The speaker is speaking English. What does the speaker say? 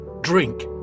drink